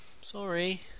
sorry